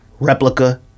Replica